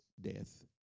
death